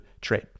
trade